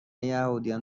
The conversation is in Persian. یهودیان